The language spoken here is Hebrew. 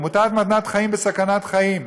"עמותת 'מתנת חיים' בסכנת חיים,